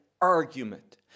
argument